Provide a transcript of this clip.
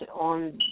on